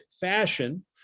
fashion